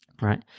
right